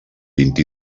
vint